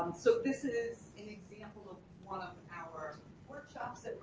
so this is an example of one of our workshops that